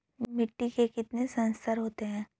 मिट्टी के कितने संस्तर होते हैं?